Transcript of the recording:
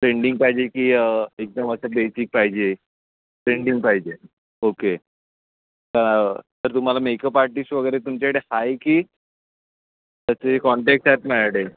trending पाहिजे की एकदम असं बेसिक पाहिजे ट्रेंडिंग पाहिजे ओके तर तर तुम्हाला मेकअप आर्टिस्ट वगैरे तुमच्याकडे आहे की तसे कॉन्टॅक्ट आहेत माझ्याकडे